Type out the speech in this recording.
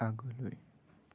আগলৈ